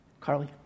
Carly